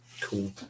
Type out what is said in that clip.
Cool